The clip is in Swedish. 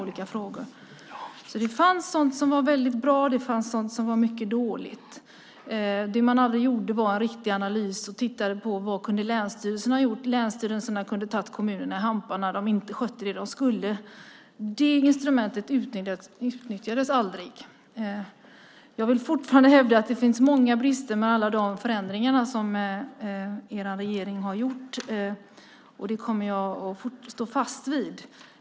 Det fanns alltså sådant som var väldigt bra och sådant som var mycket dåligt. Men det gjordes aldrig någon riktig analys av vad länsstyrelserna kunde ha gjort. Länsstyrelserna kunde ha tagit kommunerna i hampan när de inte skötte det som de skulle. Den möjligheten utnyttjades aldrig. Jag vill fortfarande hävda att det finns många brister med alla de förändringar som regeringen har gjort, och det kommer jag att stå fast vid.